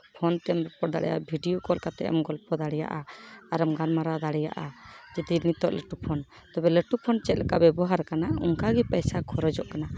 phone ᱛᱮᱢ ᱨᱚᱯᱚᱲ ᱫᱟᱲᱮᱭᱟᱜᱼᱟ ᱵᱷᱤᱰᱭᱳ ᱠᱚᱞ ᱠᱟᱛᱮᱫ ᱮᱢ ᱜᱚᱞᱯᱚ ᱫᱟᱲᱮᱭᱟᱜᱼᱟ ᱟᱨᱮᱢ ᱜᱟᱞᱢᱟᱨᱟᱣ ᱫᱟᱲᱮᱭᱟᱜᱼᱟ ᱡᱩᱫᱤ ᱱᱤᱛᱳᱜ ᱞᱟᱹᱴᱩ ᱯᱷᱳᱱ ᱛᱚᱵᱮ ᱞᱟᱹᱴᱩ ᱯᱷᱳᱱ ᱪᱮᱫᱞᱮᱠᱟ ᱵᱮᱵᱚᱦᱟᱨᱚᱜ ᱠᱟᱱᱟ ᱚᱝᱠᱟ ᱜᱮ ᱯᱚᱭᱥᱟ ᱠᱷᱚᱨᱚᱪᱚᱜ ᱠᱟᱱᱟ